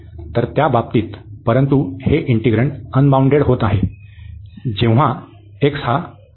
तर त्या बाबतीत परंतु हे इंटिग्रन्ड अनबाउंडेड होत आहे जेव्हा जेव्हा x हा 1 वर पोहोचत आहे